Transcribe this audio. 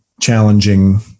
challenging